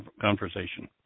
conversation